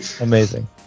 Amazing